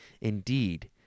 Indeed